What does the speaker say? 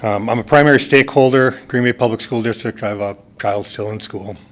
um i'm a primary stakeholder green bay public school district. i have a child still in school,